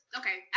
okay